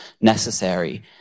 necessary